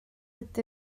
ydw